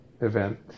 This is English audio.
event